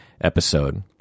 episode